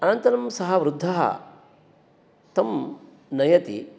अनन्तरं सः वृद्धः तं नयति